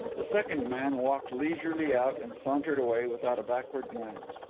the second man walked leisurely out and sauntered away without a backward glance.